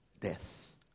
death